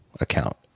account